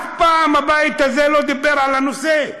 אף פעם הבית הזה לא דיבר על הנושא.